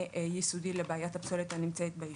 יסודי לבעיית הפסולת הנמצאת ביישובים.